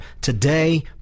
today